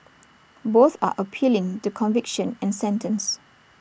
both are appealing the conviction and sentence